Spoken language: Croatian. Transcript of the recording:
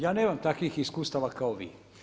Ja nemam takvih iskustava kao vi.